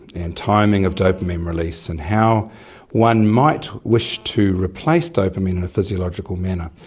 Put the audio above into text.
and timing of dopamine release and how one might wish to replace dopamine in a physiological manner.